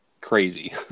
crazy